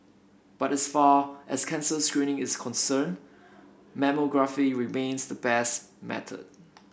but as far as cancer screening is concerned mammography remains the best method